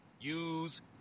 use